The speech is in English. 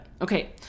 Okay